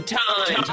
time